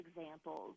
examples